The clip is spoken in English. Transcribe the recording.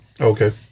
Okay